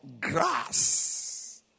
grass